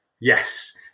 Yes